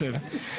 בסדר.